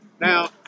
Now